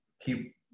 keep